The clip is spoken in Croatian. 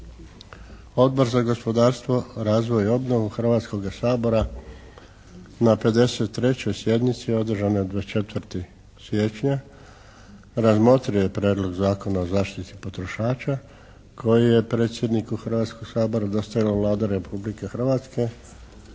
Odbor za gospodarstvo, razvoj i obnovu Hrvatskoga sabora na 53. sjednici održanoj 24. siječnja razmotrio je prijedlog Zakona o zaštiti potrošača koji je predsjedniku Hrvatskoga sabora dostavila Vlada Republike Hrvatske